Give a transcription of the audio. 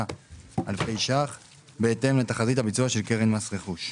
230,963,000 ₪ בהתאם לתחזית הביצוע של קרן מס רכוש.